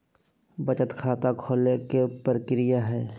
बचत खाता खोले के कि प्रक्रिया है?